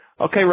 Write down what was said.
Okay